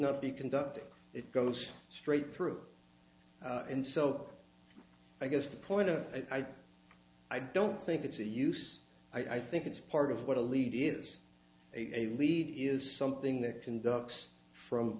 not be conducting it goes straight through and so i guess the point to i i don't think it's a use i think it's part of what a lead is a lead is something that can ducks from